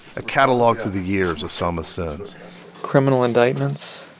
a catalog through the years of selma's sins criminal indictments,